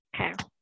Okay